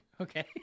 Okay